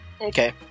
Okay